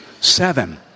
Seven